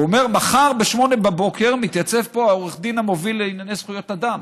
הוא אמר שמחר ב-08:00 יתייצב שם העורך דין המוביל לענייני זכויות אדם.